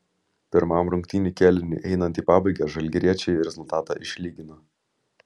pirmam rungtynių kėliniui einant į pabaigą žalgiriečiai rezultatą išlygino